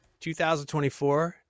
2024